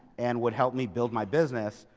and would help me build my business.